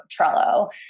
Trello